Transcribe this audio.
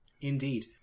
Indeed